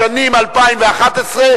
סעיף 54,